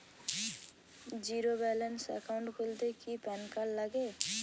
Zero balance account খুলতে কি PAN card লাগে?